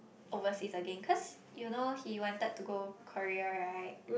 overseas again cause you know he wanted to go Korea right